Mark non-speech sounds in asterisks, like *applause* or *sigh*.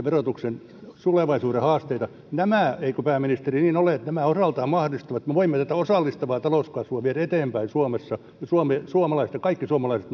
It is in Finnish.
*unintelligible* verotuksen tulevaisuuden haasteita eikö pääministeri niin ole että nämä osaltaan mahdollistavat että me voimme tätä osallistavaa talouskasvua viedä eteenpäin suomessa ja kaikki suomalaiset *unintelligible*